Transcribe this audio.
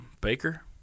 baker